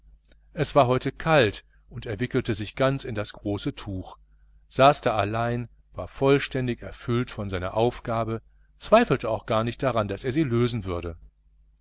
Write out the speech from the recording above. es war kalt heute und er wickelte sich ganz in das große tuch saß da allein war vollständig erfüllt von seiner aufgabe zweifelte auch gar nicht daran daß er sie lösen würde